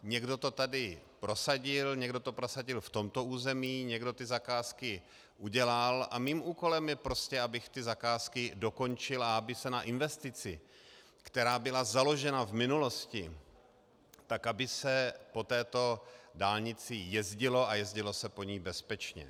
Někdo to tady prosadil, někdo to prosadil v tomto území, někdo, kdo zakázky udělal, a mým úkolem je, abych ty zakázky dokončil a aby se na investici, která byla založena v minulosti, aby se po této dálnici jezdilo a jezdilo se po ní bezpečně.